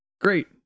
Great